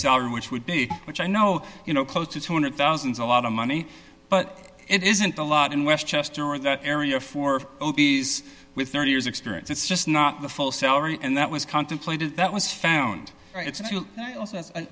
salary which would be which i know you know close to two hundred thousand is a lot of money but it isn't a lot in westchester or that area for these with thirty years experience it's just not the full salary and that was contemplated that was